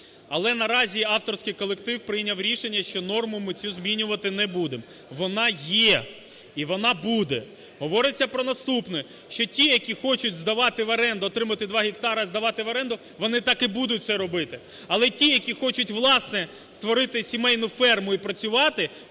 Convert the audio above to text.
Але наразі авторський колектив прийняв рішення, що норму ми цю змінювати не будемо, вона є і вона буде. Говориться про наступне, що ті, які хочуть здавати в оренду, отримати 2 гектари і здавати в оренду, вони так і будуть це робити, але ті, які хочуть, власне, створити сімейну ферму і працювати,